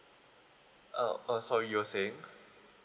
uh oh sorry you were saying